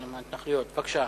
בבקשה.